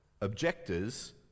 objectors